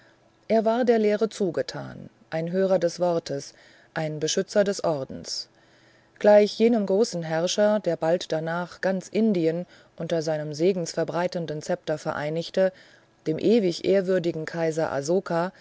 er war der lehre zugetan ein hörer des wortes ein beschützer des ordens gleich jenem großen herrscher der bald danach ganz indien unter seinem segenverbreitenden szepter vereinigte dem ewig verehrungswürdigen kaiser